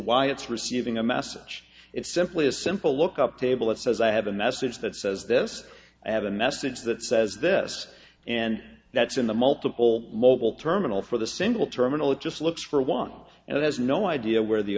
why it's receiving a it's simply a simple look up table that says i have a message that says this i have a message that says this and that's in the multiple mobile terminal for the single terminal it just looks for one and it has no idea where the